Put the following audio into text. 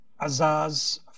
Azaz